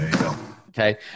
Okay